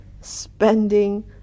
spending